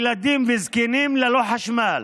ילדים וזקנים ללא חשמל?